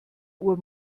uhr